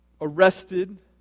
arrested